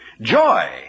Joy